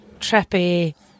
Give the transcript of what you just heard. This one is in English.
trippy